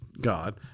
God